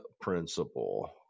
principle